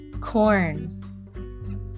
corn